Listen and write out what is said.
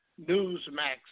Newsmax